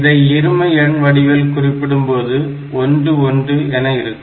இதை இரும எண் வடிவில் குறிப்பிடும்போது 1 1 என இருக்கும்